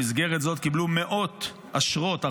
במסגרת זאת קיבלו מאות אשרות.